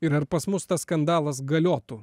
ir ar pas mus tas skandalas galiotų